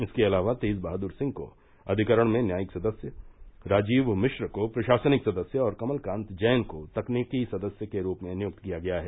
इसके अलावा तेज बहादुर सिंह को अधिकरण में न्यायिक सदस्य राजीव मिश्र को प्रशासनिक सदस्य और कमलकांत जैन को तकनीकी सदस्य के रूप में नियुक्त किया गया है